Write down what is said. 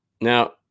Now